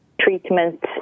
treatment